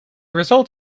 result